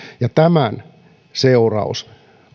ja tämän seuraus